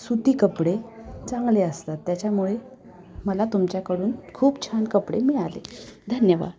सुती कपडे चांगले असतात त्याच्यामुळे मला तुमच्याकडून खूप छान कपडे मिळाले धन्यवाद